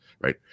right